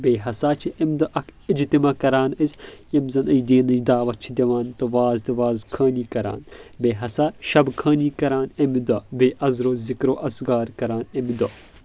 بیٚیہِ ہسا چھِ امہِ دۄہ اکھ اجتماع کران أسۍ یِم زن اسہِ دیٖنٕچ دعوت چھِ دِوان تہٕ واز تہٕ واز خٲنی کران بیٚیہِ ہسا شب خٲنی کران امہِ دۄہ بیٚیہِ از رو ذکر اذکار کران امہِ دۄہ